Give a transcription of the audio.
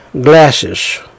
glasses